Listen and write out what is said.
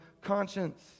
conscience